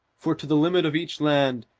for to the limit of each land,